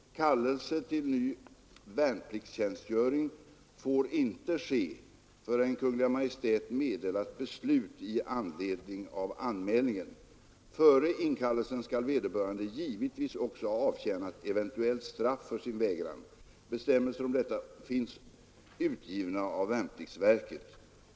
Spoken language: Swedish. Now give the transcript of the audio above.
Kallelse till ny värnpliktstjänstgöring får inte ske förrän Kungl. Maj:t meddelat beslut i anledning av anmälningen. Före inkallelsen skall vederbörande givetvis också ha avtjänat eventuellt straff för sin vägran. Bestämmelser om detta finns utgivna av värnpliktsverket.